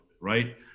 right